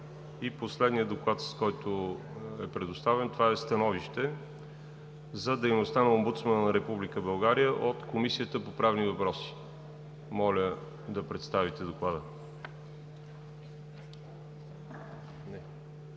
Последният доклад, който е предоставен, това е становище за дейността на омбудсмана на Република България от Комисията по правни въпроси. Моля да представите доклада.